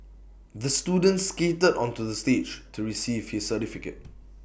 the student skated onto the stage to receive his certificate